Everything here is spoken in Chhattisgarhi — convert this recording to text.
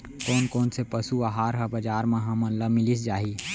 कोन कोन से पसु आहार ह बजार म हमन ल मिलिस जाही?